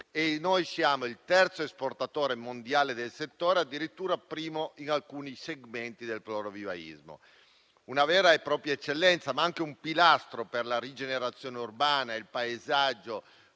più. Siamo il terzo esportatore mondiale nel settore, addirittura al primo posto in alcuni segmenti del florovivaismo. Rappresentiamo quindi una vera e propria eccellenza, ma anche un pilastro per la rigenerazione urbana e il paesaggio,